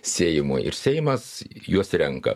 seimui ir seimas juos renka